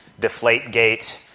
Deflategate